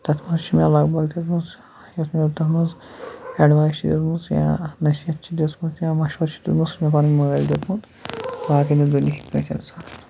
تَتھ منٛز چھِ مےٚ لگ بگ دِژمٕژ یُس مےٚ تَتھ منٛز ایٚڈوایس چھِ دِژمٕژ یا نصیٖحت چھِ دِژمٕژ یا مشوَرٕ چھُ دیُتمُت سُہ چھُ مےٚ پَنٕںۍ مٲلۍ دیُتمُت باقٕے نہٕ دُنیٖہٕکۍ کٲنٛسہِ اِنسانَن